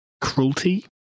cruelty